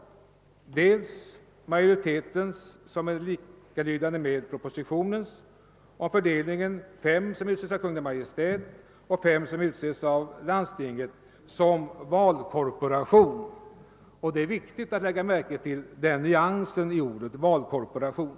Vi har först majoritetens förslag, som är likalydande med regeringens, med fördelningen fem som utses av Kungl. Maj:t och fem som utses av landstingen såsom valkorporation — det är viktigt att lägga märke till den nyansen i ordet: valkorporation.